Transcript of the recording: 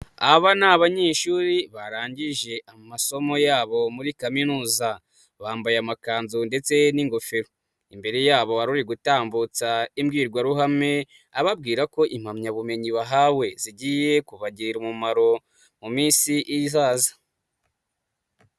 Aba ni abanyeshuri, barangije amasomo yabo muri kaminuza, bambaye amakanzu ndetse n'ingofero, imbere yabo hari uri gutambutsa imbwirwaruhame, ababwira ko impamyabumenyi bahawe, zigiye kubagirira umumaro mu minsi izaza.